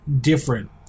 different